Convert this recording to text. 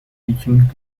teaching